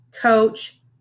coach